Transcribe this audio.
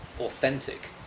authentic